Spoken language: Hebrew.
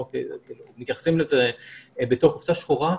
מתייחסים לזה בתור קופסה שחורה.